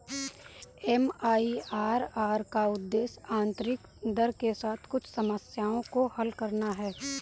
MIRR का उद्देश्य आंतरिक दर के साथ कुछ समस्याओं को हल करना है